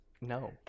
No